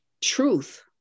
truth